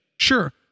Sure